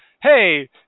hey